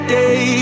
day